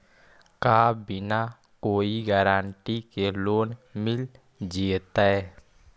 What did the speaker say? का बिना कोई गारंटी के लोन मिल जीईतै?